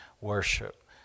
worship